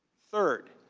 third,